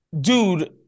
Dude